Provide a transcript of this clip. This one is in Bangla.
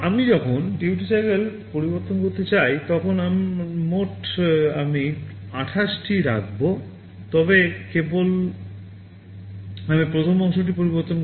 আমি যখন DUTY CYCLEটি পরিবর্তন করতে চাই তখন মোট আমি 28 টি রাখব তবে কেবল আমি প্রথম অংশটি পরিবর্তন করব